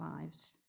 lives